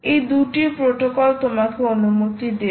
এই দুটি প্রোটোকল তোমাকে অনুমতি দেবে